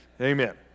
Amen